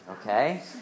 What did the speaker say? okay